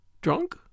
Drunk